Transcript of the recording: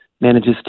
manages